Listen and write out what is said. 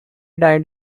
died